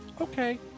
okay